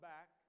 Back